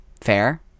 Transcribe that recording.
fair